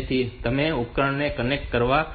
તેથી તમે જે ઉપકરણને કનેક્ટ કરવા